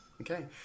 Okay